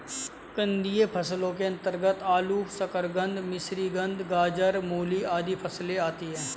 कंदीय फसलों के अंतर्गत आलू, शकरकंद, मिश्रीकंद, गाजर, मूली आदि फसलें आती हैं